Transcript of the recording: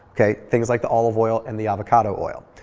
okay. things like the olive oil and the avocado oil.